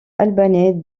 albanais